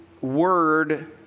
word